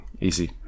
easy